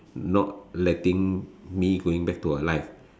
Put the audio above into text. not letting me going back to her life